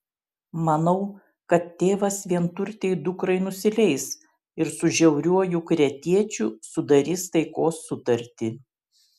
manau kad tėvas vienturtei dukrai nusileis ir su žiauriuoju kretiečiu sudarys taikos sutartį